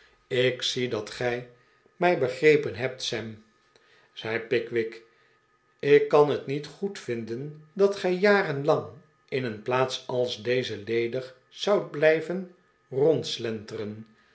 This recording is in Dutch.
ik zie dat gij mij begrepen hebt sam zei pickwick ik kan het niet goedvinden dat gij jarenlang in een plaats als deze ledig zoudt blijven rondslenteren